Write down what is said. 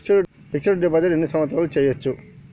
Fix డ్ deposit ఎన్ని సంవత్సరాలు చేయచ్చు?